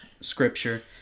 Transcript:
scripture